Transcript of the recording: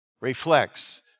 reflects